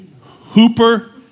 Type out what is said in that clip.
Hooper